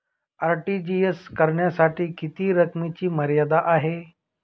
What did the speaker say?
RTGS करण्यासाठी किती रकमेची मर्यादा आहे?